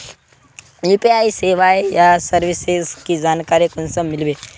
UPI सेवाएँ या services की जानकारी कुंसम मिलबे?